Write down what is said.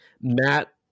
Matt